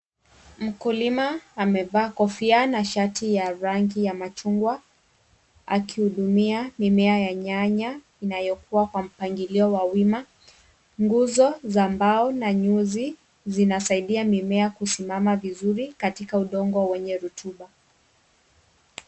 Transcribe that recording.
Mkulima amevaa kofia na shati ya rangi ya machungwa akihudumia mimea ya nyanya inayokuwa kwa mpangilio wa wima. Nguzo za mbao na nyuzi zinasaidia mimea kusimama vizuri katika udongo wenye rutuba.